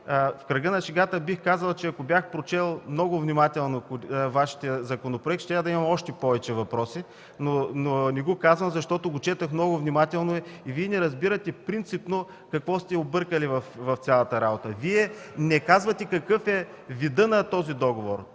В кръга на шегата бих казал, че ако бях прочел много внимателно Вашия законопроект, щях да имам още повече въпроси. Не го казах, защото го четох много внимателно. Вие не разбирате принципно какво сте объркали в цялата работа. Вие не казвате какъв е видът на договора: